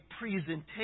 presentation